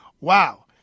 Wow